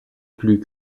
plus